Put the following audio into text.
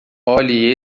olhe